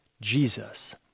Jesus